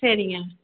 சரிங்க